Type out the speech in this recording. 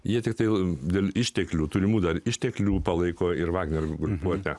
jie tiktai dėl išteklių tolimų dar išteklių palaiko ir vakar grupuotę